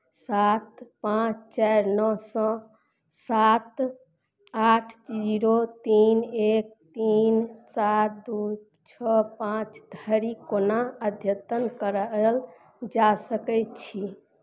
सात पांँच चारि नओ सए सात आठ जीरो तीन एक तीन सात दू छओ पांँच धरी कोना अध्यतन करायल जा सकैत छै